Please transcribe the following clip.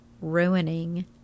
ruining